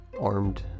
armed